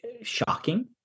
shocking